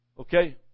Okay